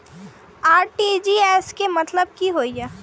RTGS के मतलब की होय ये?